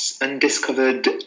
undiscovered